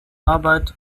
arbeit